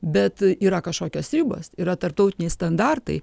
bet yra kažkokios ribos yra tarptautiniai standartai